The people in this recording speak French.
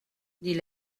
dit